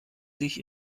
sich